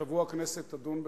השבוע הכנסת תדון בכך,